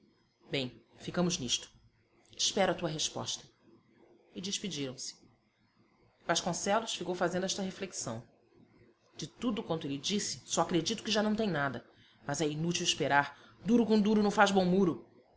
bem ficamos nisto espero a tua resposta e despediram-se vasconcelos ficou fazendo esta reflexão de tudo quanto ele disse só acredito que já não tem nada mas é inútil esperar duro com duro não faz bom muro